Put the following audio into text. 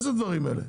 ההסכם לא מוחרג.